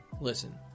listen